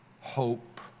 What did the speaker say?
hope